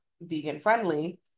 vegan-friendly